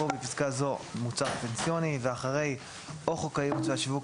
"(בפסקה זו מוצר פנסיוני)" ואחרי "או חוק הייעוץ והשיווק